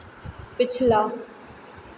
पिछला